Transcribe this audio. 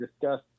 discuss